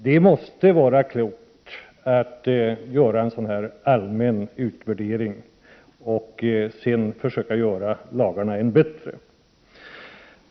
Det måste vara klokt att göra en allmän utvärdering och sedan försöka göra lagarna än bättre.